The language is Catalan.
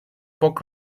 poc